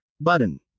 button